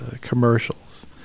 commercials